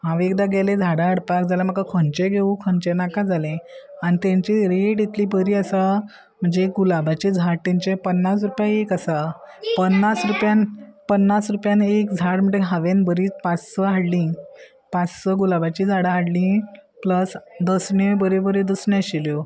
हांव एकदां गेले झाडां हाडपाक जाल्यार म्हाका खंयचे घेवू खंयचे नाका जाले आनी तेंची रेट इतली बरी आसा म्हणजे गुलाबाचे झाड तांचे पन्नास रुपया एक आसा पन्नास रुपयान पन्नास रुपयान एक झाड म्हणटगीर हांवें बरी पांच स हाडली पांच स गुलाबाची झाडां हाडली प्लस दसण्यो बऱ्यो बऱ्यो दसण्यो आशिल्ल्यो